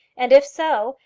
and, if so,